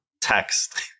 text